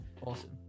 awesome